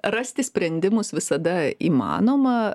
rasti sprendimus visada įmanoma